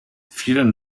vielen